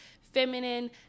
feminine